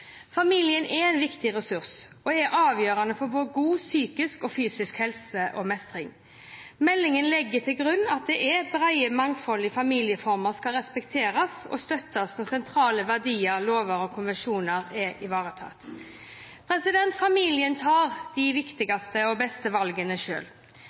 Familien er en viktig ressurs og er avgjørende for god psykisk og fysisk helse og mestring. Meldingen legger til grunn at det brede mangfoldet i familieformer skal respekteres og støttes når sentrale verdier, lover og konvensjoner er ivaretatt. Familien tar de